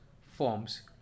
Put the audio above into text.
forms